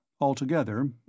Altogether